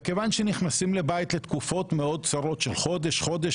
וכיוון שנכנסים לבתים לתקופות מאוד קצרות של חודש-חודש